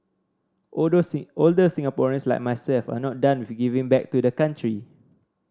older older Singaporeans like myself are not done with giving back to the country